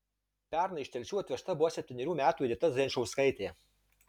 pernai iš telšių atvežta buvo septynerių metų edita zajančauskaitė